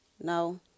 No